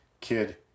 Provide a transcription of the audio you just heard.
kid